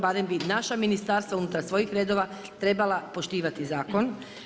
Barem bi naša ministarstva unutar svojih redova trebala poštivati zakon.